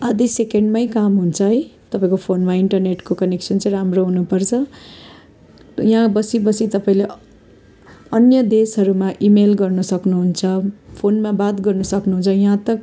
आधा सेकेन्डमै काम हुन्छ है तपाईँको फोनमा इन्टरनेटको कनेक्सन चाहिँ राम्रो हुनुपर्छ यहाँ बसी बसी तपाईँले अन्य देशहरूमा इमेल गर्न सक्नुहुन्छ फोनमा बात गर्न सक्नुहुन्छ यहाँ तक